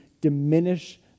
diminish